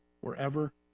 wherever